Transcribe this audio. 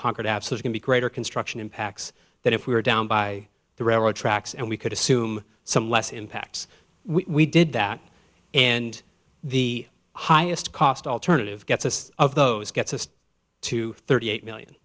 conquered absolute can be greater construction impacts that if we were down by the railroad tracks and we could assume some less impacts we did that and the highest cost alternative gets us of those gets to thirty eight million